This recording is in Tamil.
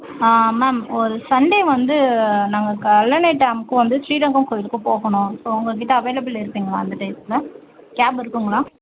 மேம் ஒரு சண்டே வந்து நாங்கள் கல்லணை டேம்க்கும் வந்து ஸ்ரீரங்கம் கோவிலுக்கும் போகணும் ஸோ உங்கள்கிட்ட அவைலப்பில் இருக்குதுங்களா அந்த டைமில் கேப் இருக்குதுங்களா